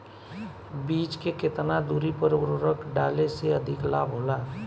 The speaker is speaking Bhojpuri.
बीज के केतना दूरी पर उर्वरक डाले से अधिक लाभ होला?